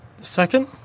Second